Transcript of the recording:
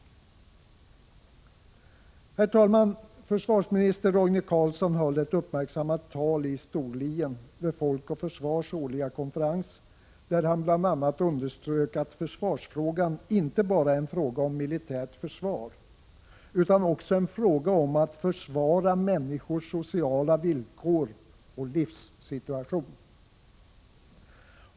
Försvarsminister Roine Carlsson höll ett uppmärksammat tal i Storlien, vid Folk och Försvars årliga konferens, där han bl.a. underströk att försvarsfrågan inte bara är en fråga om militärt försvar, utan också en fråga om att försvara människors sociala villkor och livssituation.